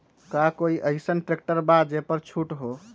का कोइ अईसन ट्रैक्टर बा जे पर छूट हो?